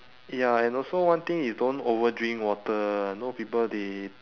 ya and also one thing is don't overdrink water you know people they